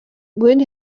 would